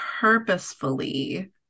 purposefully